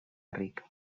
rica